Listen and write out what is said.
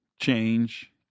change